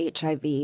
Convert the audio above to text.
HIV